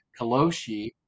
kaloshi